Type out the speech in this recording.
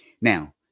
Now